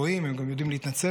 שכשהם טועים הם גם יודעים להתנצל,